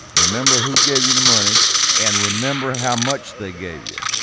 remember who gave you the money and remember how much they gave you.